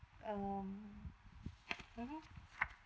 and mmhmm